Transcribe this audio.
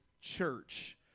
church